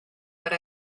but